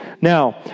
Now